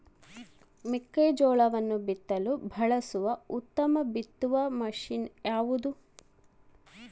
ಮೆಕ್ಕೆಜೋಳವನ್ನು ಬಿತ್ತಲು ಬಳಸುವ ಉತ್ತಮ ಬಿತ್ತುವ ಮಷೇನ್ ಯಾವುದು?